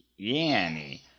Yanny